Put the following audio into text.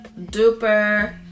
duper